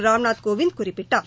ராம்நாத் கோவிந்த் குறிப்பிட்டார்